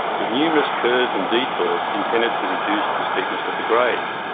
with numerous curves and detours intended to reduce the steepness of the grades.